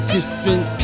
Different